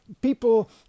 People